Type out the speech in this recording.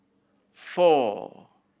four